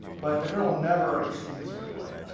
but the girl will never exceed the speed of light,